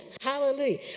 Hallelujah